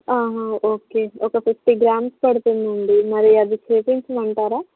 okay ఒక fifty grams పడుతుండి అండి మరి అది చేయించమంటారా